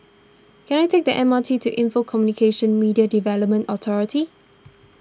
can I take the M R T to Info Communications Media Development Authority